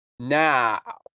Now